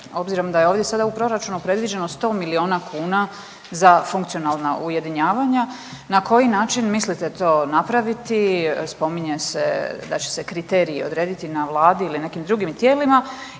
Obzirom da je ovdje sada u proračunu predviđeno 100 miliona kuna za funkcionalna ujedinjavanja na koji način mislite to napraviti, spominje se da će se kriteriji odrediti na vladi ili nekim drugim tijelima